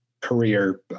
career